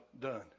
done